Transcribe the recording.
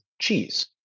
cheese